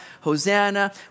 Hosanna